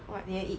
what did I eat